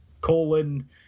Colon